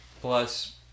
plus